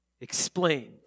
explained